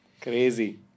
Crazy